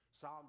Psalm